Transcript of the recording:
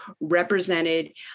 represented